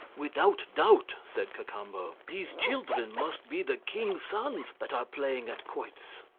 without doubt, said cacambo, these children must be the king's sons that are playing at quoits!